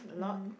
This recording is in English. mmhmm